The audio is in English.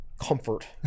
comfort